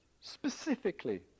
specifically